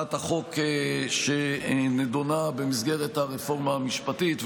הצעת החוק שנדונה במסגרת הרפורמה המשפטית.